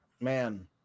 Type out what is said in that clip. man